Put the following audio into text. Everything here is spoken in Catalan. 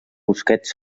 busquets